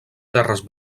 terres